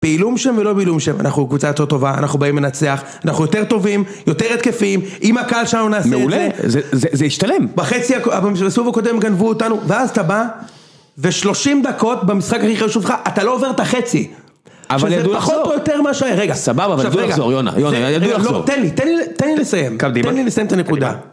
בעילום שם ולא בעילום שם, אנחנו קבוצה יותר טובה, אנחנו באים לנצח, אנחנו יותר טובים, יותר התקפיים, עם הקהל שלנו נעשה את זה מעולה, זה השתלם בחצי, בסבוב הקודם גנבו אותנו, ואז אתה בא, ו30 דקות במשחק הכי חשוב שלך, אתה לא עובר את החצי שזה פחות או יותר מהשאר, רגע סבבה, ידוע לחזור יונה, ידוע לחזור תן לי, תן לי לסיים, תן לי לסיים את הנקודה